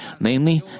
Namely